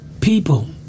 people